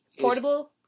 Portable